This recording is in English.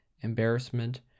embarrassment